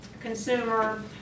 Consumer